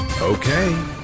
Okay